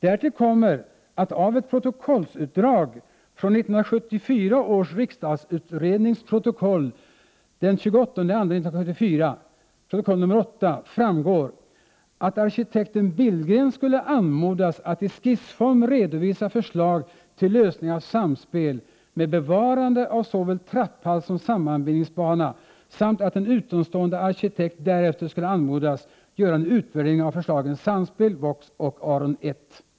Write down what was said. Därtill kommer att av ett protokollsutdrag från 1974 års riksdagsutrednings protokoll den 28 februari 1974 framgår, att arkitekten Billgren skulle anmodas att i skissform redovisa förslag till lösning av ”Samspel” med bevarande av såväl trapphall som sammanbindningsbana samt att en utomstående arkitekt därefter skulle anmodas göra en utvärdering av förslagen ”Samspel”, ”Vox” och ”Aron 1”.